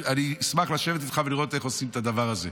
אני אשמח לשבת איתך ולראות איך עושים את הדבר הזה.